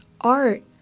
art